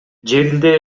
жеринде